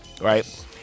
right